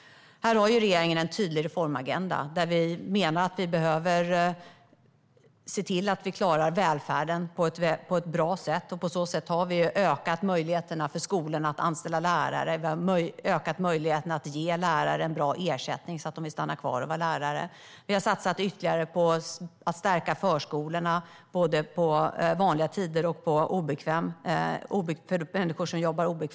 Här har regeringen en tydlig reformagenda. Vi menar att vi behöver se till att vi klarar välfärden på ett bra sätt. På så sätt har vi ökat möjligheterna för skolorna att anställa lärare. Vi har ökat möjligheterna att ge lärare en bra ersättning, så att de vill stanna kvar och vara lärare. Vi har satsat ytterligare på att stärka förskolorna både på vanliga tider och på obekväm arbetstid, för människor som jobbar då.